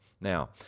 now